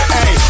Hey